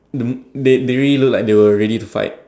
they they really look like they were ready to fight